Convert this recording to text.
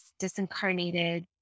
disincarnated